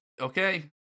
Okay